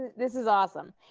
this is awesome.